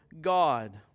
God